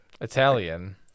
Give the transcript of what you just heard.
italian